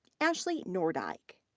ashley nordyke.